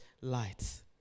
light